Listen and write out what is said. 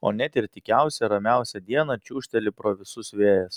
o net ir tykiausią ramiausią dieną čiūžteli pro visus vėjas